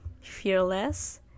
Fearless